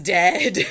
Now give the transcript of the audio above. dead